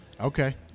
Okay